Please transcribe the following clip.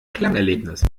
klangerlebnis